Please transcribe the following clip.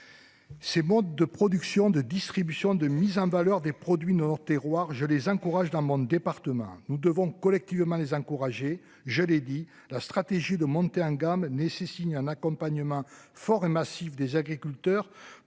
Ces modes de production, de distribution de mise en valeur des produits nord-terroir je les encourage dans mon département, nous devons collectivement les encourager. Je l'ai dit, la stratégie de montée en gamme nécessite un accompagnement fort et massif des agriculteurs